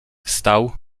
wstał